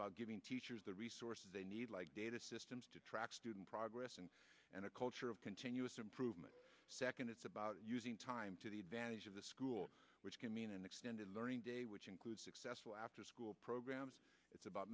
about giving teachers the resources they need like data systems to track student progress and and a culture of continuous improvement second it's about using time to the advantage of the school which can mean an extended learning day which includes successful afterschool programs it's about